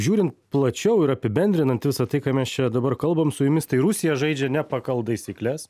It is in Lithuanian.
žiūrint plačiau ir apibendrinant visa tai ką mes čia dabar kalbam su jumis tai rusija žaidžia ne pagal taisykles